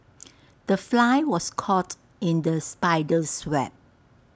the fly was caught in the spider's web